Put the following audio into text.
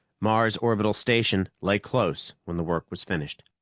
mars' orbital station lay close when the work was finished.